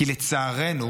כי לצערנו